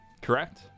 Correct